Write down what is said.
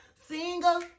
single